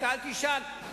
אל תשאל,